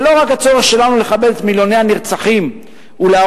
זה לא רק הצורך שלנו לכבד את מיליוני הנרצחים ולהראות